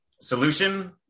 solution